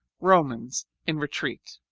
romans in retreat.